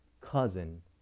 cousin